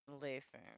listen